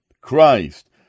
Christ